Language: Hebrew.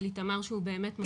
של איתמר, שהוא באמת מקסים.